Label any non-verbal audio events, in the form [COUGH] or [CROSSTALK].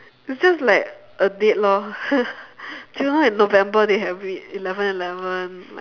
it's just like a date lor [LAUGHS] generally in november they have eleven eleven like